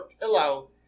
pillow